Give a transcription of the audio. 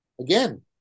again